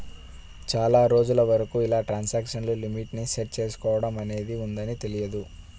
చాలా రోజుల వరకు ఇలా ట్రాన్సాక్షన్ లిమిట్ ని సెట్ చేసుకోడం అనేది ఉంటదని తెలియదు